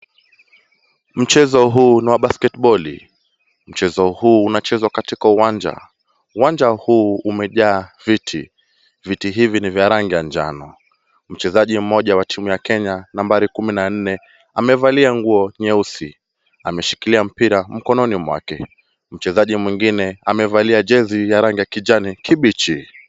Mchezo huu ni wa basketiboli, Mchezo huu unachezwa katika uwanja, Uwanja huu umejaa viti, Viti hivi ni vya rangi ya njano, Mchezaji mmoja wa timu ya Kenya nambari 14 amevalia nguo nyeusi, ameshikilia mpira mkononi mwake, mchezaji mwingine amevalia jezi ya rangi ya kijani, kibichi.